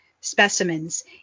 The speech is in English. specimens